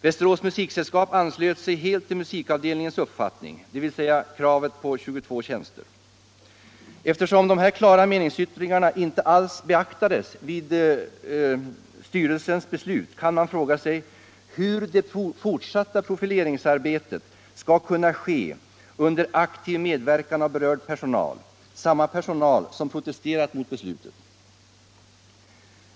Västerås musiksällskap anslöt sig helt till musikavdelningens uppfattning, dvs. kravet på 22 tjänster. Eftersom dessa klara meningsyttringar inte alls beaktats vid styrelsens beslut, kan man fråga sig hur det fortsatta profileringsarbetet skall kunna ske under ”aktiv medverkan av berörd personal” — samma personal som protesterat mot beslutet.